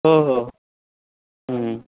हो हो हं